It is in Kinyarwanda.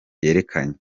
ryerekanye